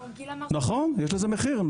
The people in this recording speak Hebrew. נכון, יש לזה מחיר.